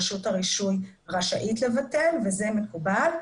רשות הרישוי רשאית לבטל וזה מקובל,